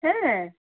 ऐं